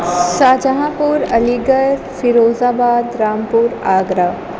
شاہجہاں پور Aligarh Firozabad Rampur Agra